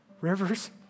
rivers